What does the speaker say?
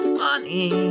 funny